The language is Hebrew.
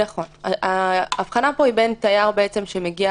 נכון, ההבחנה פה היא בין תייר שמגיע